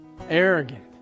Arrogant